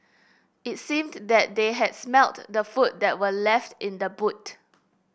it seemed that they had smelt the food that were left in the boot